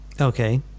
Okay